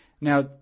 Now